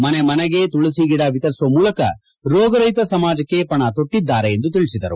ಮನೆ ಮನೆಗೆ ತುಳಸಿ ಗಿಡ ವಿತರಿಸುವ ಮೂಲಕ ರೋಗ ರಹಿತ ಸಮಾಜಕ್ಕೆ ಪಣ ತೊಟ್ಟಿದ್ದಾರೆ ಎಂದು ತಿಳಿಸಿದರು